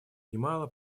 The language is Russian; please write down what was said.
немало